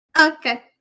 Okay